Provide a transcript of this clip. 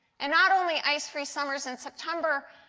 and not only ice free summers in september,